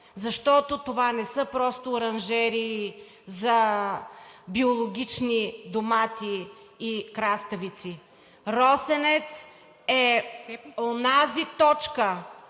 Защото това не са просто оранжерии за биологични домати и краставици – „Росенец“ е онази точка,